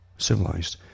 Civilized